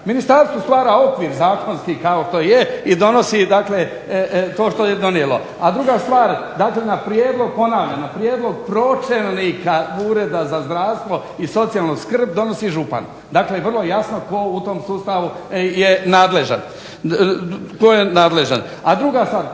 ministarstvo stvara okvir zakonski kao što je i donosi dakle to što je donijelo. A druga stvar, dakle na prijedlog, ponavljam na prijedlog pročelnika Ureda za zdravstvo i socijalnu skrb donosi župan. Dakle vrlo je jasno tko u tom sustavu je nadležan. A druga stvar,